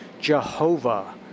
Jehovah